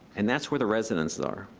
and that's where the residences are.